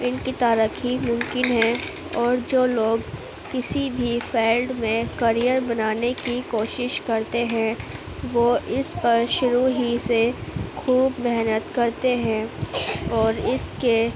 ان کی ترقی ممکن ہے اور جو لوگ کسی بھی فیلڈ میں کریئر بنانے کی کوشش کرتے ہیں وہ اس پر شروع ہی سے خوب محنت کرتے ہیں اور اس کے